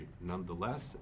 Nonetheless